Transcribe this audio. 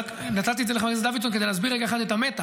רק נתתי את זה לחבר הכנסת דוידסון כדי להסביר רגע אחד את המתח.